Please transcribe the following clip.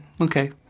Okay